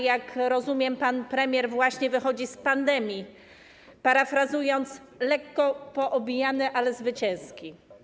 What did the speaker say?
Jak rozumiem, pan premier właśnie wychodzi z pandemii, parafrazując, lekko poobijany, ale zwycięski.